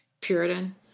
Puritan